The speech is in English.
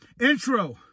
Intro